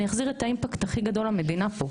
אני אחזיר את האימפקט הכי גדול למדינה פה.